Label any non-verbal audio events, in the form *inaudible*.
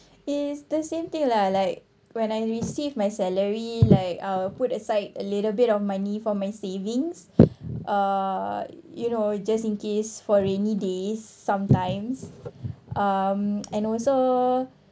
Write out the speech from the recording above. it's the same thing lah like when I receive my salary like I'll put aside a little bit of money for my savings *breath* uh you know just in case for rainy days sometimes um and also